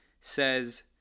says